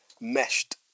meshed